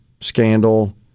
scandal